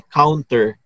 counter